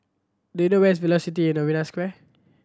do you know where is Velocity at Novena Square